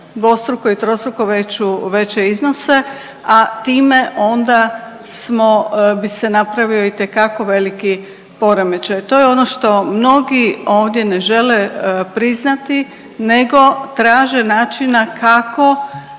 dvostruko i trostruko veće iznose, a time onda smo bi se napravio itekako veliki poremećaj. To je ono što mnogi ovdje ne žele priznati nego traže načina kako